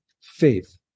Faith